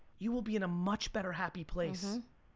you will be in a much better happy place.